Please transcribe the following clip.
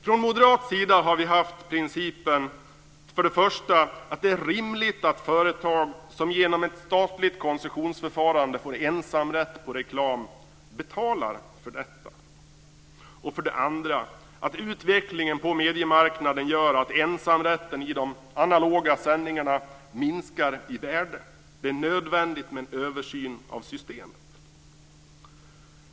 Från moderat sida har vi haft principen att det är rimligt för det första att företag, som genom ett statligt koncessionsförfarande får ensamrätt på reklam, betalar för detta och för det andra att utvecklingen på mediemarknaden gör att ensamrätten i de analoga sändningarna minskar i värde. Det är nödvändigt med en översyn av systemet.